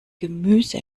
gemüse